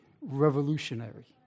revolutionary